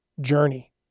journey